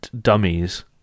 dummies